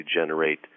generate